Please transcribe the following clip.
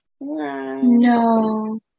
No